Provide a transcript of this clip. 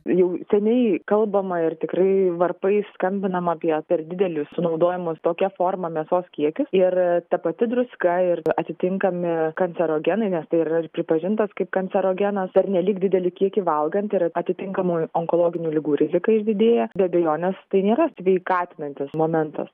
jau seniai kalbama ir tikrai varpais skambinama apie per didelius sunaudojamos tokia forma mėsos kiekius ir ta pati druska ir atitinkami kancerogenai nes tai yra ir pripažintas kaip kancerogenas pernelyg didelį kiekį valgant ir atitinkamai onkologinių ligų rizika išdidėja be abejonės tai nėra sveikatinantis momentas